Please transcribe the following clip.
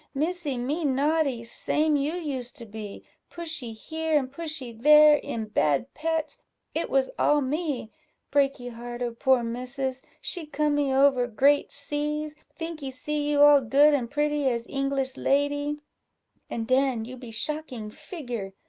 missy, me naughty, same you used to be pushee here and pushee there, in bad pets it was all me breaky heart of poor missis she comee over great seas thinkee see you all good and pretty as englis lady and den you be shocking figure,